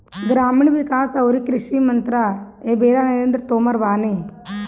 ग्रामीण विकास अउरी कृषि मंत्री एबेरा नरेंद्र तोमर बाने